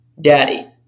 daddy